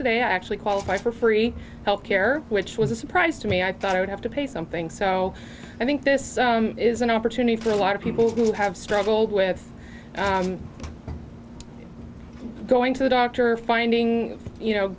today i actually qualify for free health care which was a surprise to me i thought i would have to pay something so i think this is an opportunity for a lot of people who have struggled with going to the doctor finding you know